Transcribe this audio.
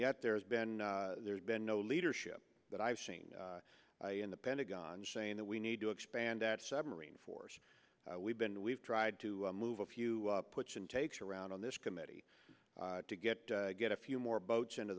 yet there's been there's been no leadership that i've seen in the pentagon saying that we need to expand that submarine force we've been we've tried to move a few puts and takes around on this committee to get to get a few more boats into